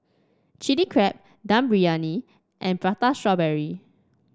Chili Crab Dum Briyani and Prata Strawberry